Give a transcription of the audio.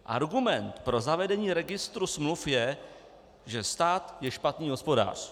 Argument pro zavedení registru smluv je, že stát je špatný hospodář.